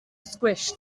squished